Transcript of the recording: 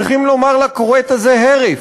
צריכים להגיד לכורת הזה הרף.